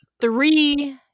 three